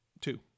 Two